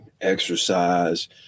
exercise